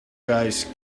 guys